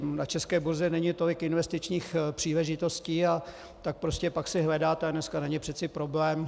Na české burze není tolik investičních příležitostí, a tak prostě pak si hledáte, a dneska není přeci problém.